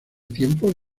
tiempos